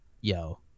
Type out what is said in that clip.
yo